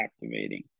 captivating